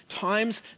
times